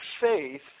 faith